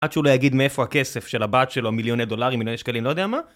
עד שהוא לא יגיד מאיפה הכסף של הבת שלו, מיליוני דולרים, מיליוני שקלים, לא יודע מה.